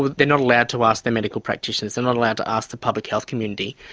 well, they're not allowed to ask their medical practitioners, they're not allowed to ask the public health community,